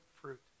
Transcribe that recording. fruit